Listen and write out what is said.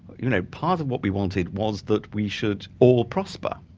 you know, part of what we wanted was that we should all prosper,